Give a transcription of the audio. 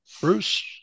Bruce